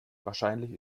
wahrscheinlich